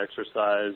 exercise